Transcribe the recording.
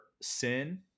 sin